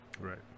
right